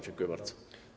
Dziękuję bardzo.